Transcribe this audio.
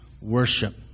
worship